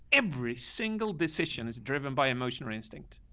every single decision is driven by emotion or instincts.